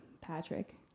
Patrick